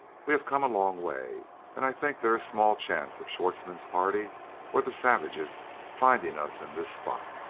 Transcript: we have come a long way and i think there is small chance of schwartzmann's party or the savages finding us in this spot.